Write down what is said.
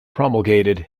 promulgated